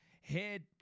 head